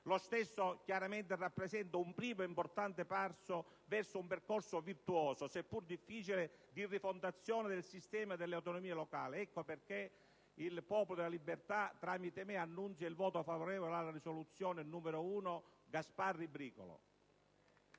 lo stesso chiaramente rappresenta un primo e importante passo in un percorso virtuoso, se pur difficile, di rifondazione del sistema delle autonomie locali. Ecco perché il Popolo della Libertà, tramite me, annuncia il voto favorevole alla proposta di risoluzione